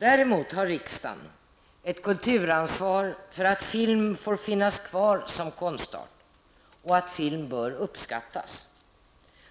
Däremot har riksdagen ett kulturansvar för att film får finnas kvar som konstart och att film bör uppskattas.